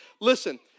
Listen